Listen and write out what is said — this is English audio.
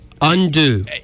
undo